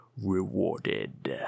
rewarded